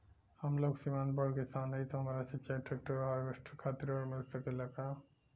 हम लघु सीमांत बड़ किसान हईं त हमरा सिंचाई ट्रेक्टर और हार्वेस्टर खातिर ऋण मिल सकेला का?